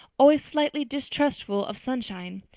always slightly distrustful of sunshine,